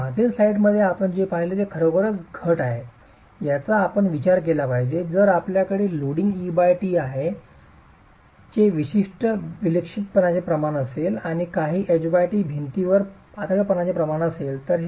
तर मागील स्लाइडमध्ये आपण जे पाहिले ते खरोखरच घट आहे ज्याचा आपण विचार केला पाहिजे जर आपल्याकडे लोडिंग et चे विशिष्ट विक्षिप्तपणाचे प्रमाण असेल किंवा काही h t भिंतीवरच पातळपणाचे प्रमाण असेल